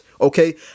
Okay